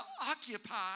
occupy